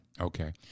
Okay